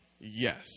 Yes